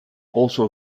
also